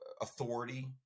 authority